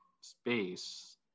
space